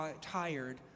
tired